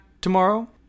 tomorrow